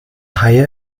haie